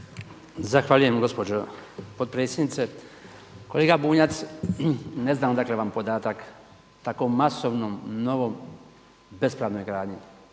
Zahvaljujem gospođo potpredsjednice. Kolega Bunjac, ne znam odakle vam podatak tako masovnom, novom, bespravnoj gradnji.